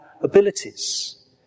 abilities